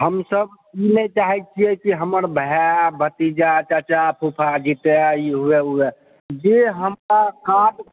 हमसब ई नहि चाहै छियै की हमर भाए भतीजा चाचा फूफा जीतए ई हुए ओ हुए जे हमरा काज